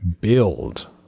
build